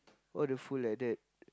all the food like that